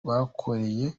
bakoreye